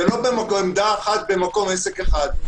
זה לא עמדה אחת במקום עסק אחד,